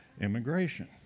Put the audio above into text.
immigration